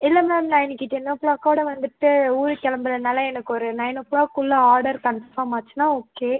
இல்லை மேம் நான் இன்றைக்கு டென் ஓ கிளாக்கோட வந்துட்டு ஊருக்கு கிளம்பறதினால எனக்கு ஒரு நைன் ஓ கிளாக்குள்ளே ஆர்டர் கன்ஃபம் ஆச்சுன்னா ஓகே